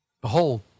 Behold